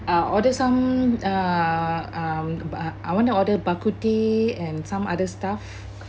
uh order some uh um but I want to order bak kut teh and some other stuff